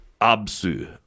ABSU